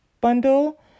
bundle